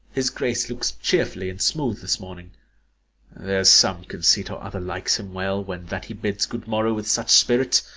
his grace looks cheerfully and smooth this morning there's some conceit or other likes him well when that he bids good morrow with such spirit.